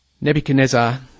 Nebuchadnezzar